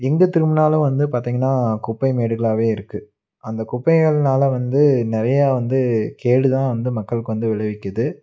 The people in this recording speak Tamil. எங்கே திரும்புனாலும் வந்து பார்த்தீங்கன்னா குப்பைமேடுகளாகவே இருக்குது அந்த குப்பைகள்னால் வந்து நிறையா வந்து கேடு தான் வந்து மக்களுக்கு வந்து விளைவிக்குது